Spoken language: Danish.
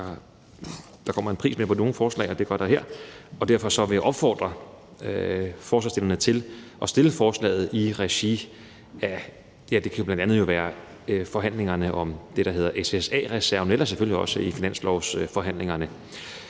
med – det gør der på nogle forslag, og det gør der her – og derfor vil jeg opfordre forslagsstillerne til at fremsætte forslaget i et andet regi; det kan bl.a. være i regi af forhandlingerne om det, der hedder SSA-reserven, men ellers selvfølgelig også i finanslovsforhandlingerne.